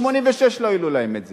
מ-1986 לא העלו להם את זה.